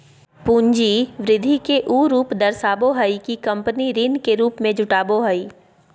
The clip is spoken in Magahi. पूंजी वृद्धि के उ रूप दर्शाबो हइ कि कंपनी ऋण के रूप में जुटाबो हइ